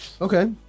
Okay